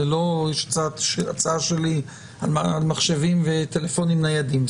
זה לא הצעה שלי על מחשבים וטלפונים ניידים,